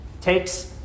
takes